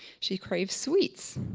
she craves sweets.